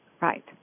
Right